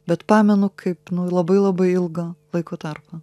bet pamenu kaip labai labai ilgą laiko tarpą